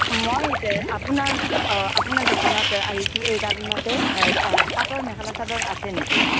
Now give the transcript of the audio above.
মই আপোনাৰ অ আপোনাৰ দোকানত আহিছোঁ এই কাৰণতে এ এ পাতৰ মেখেলা চাদৰ আছে নেকি